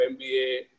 MBA